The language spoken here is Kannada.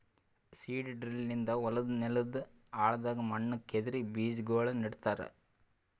ಸೀಡ್ ಡ್ರಿಲ್ ನಿಂದ ಹೊಲದ್ ನೆಲದ್ ಆಳದಾಗ್ ಮಣ್ಣ ಕೆದರಿ ಬೀಜಾಗೋಳ ನೆಡ್ತಾರ